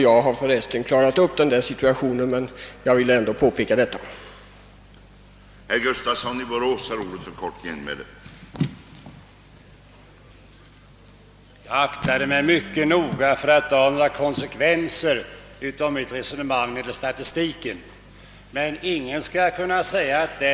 dan klarat upp saken sinsemellan, men jag ville ändå göra detta påpekande.